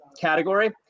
category